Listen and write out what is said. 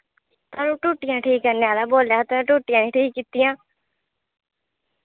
आऊं टुट्टियां ठीक करने आह्ला बोल्ला तुसैं टुट्टियां निं ठीक कीत्तियां